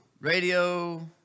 radio